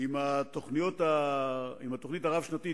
עם התוכנית הרב-שנתית,